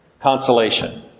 consolation